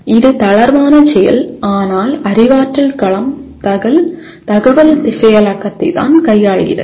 இது தளர்வான சொல் ஆனால் அறிவாற்றல் களம் தகவல் செயலாக்கத்தை தான் கையாள்கிறது